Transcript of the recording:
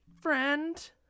friend